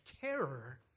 terror